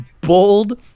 bold